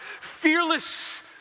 fearless